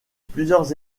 plusieurs